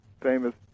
famous